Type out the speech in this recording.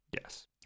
Yes